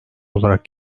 olarak